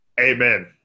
Amen